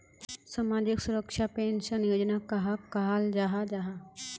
सामाजिक सुरक्षा पेंशन योजना कहाक कहाल जाहा जाहा?